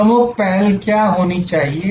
प्रमुख पहल क्या होनी चाहिए